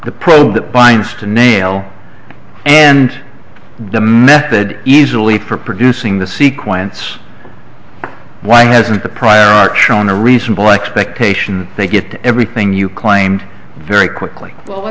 to nail and the method easily for producing the sequence why hasn't the prior art shown a reasonable expectation they get everything you claimed very quickly well i